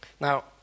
Now